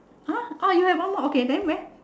!huh! orh you have one more then where